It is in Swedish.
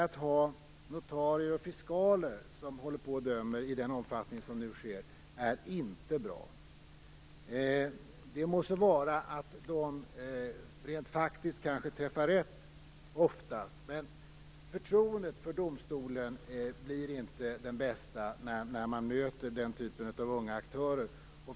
Att ha notarier och fiskaler som dömer i den omfattning som nu sker är inte bra. Det må vara att de rent faktiskt kanske oftast träffar rätt, men förtroendet för domstolen blir inte det bästa när man möter den typen av unga aktörer.